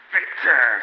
Victor